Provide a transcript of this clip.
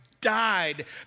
died